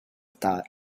thought